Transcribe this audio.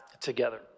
together